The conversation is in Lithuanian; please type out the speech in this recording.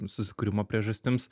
susikūrimo priežastims